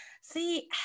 see